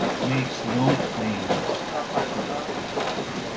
makes no claims to predict the future.